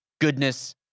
goodness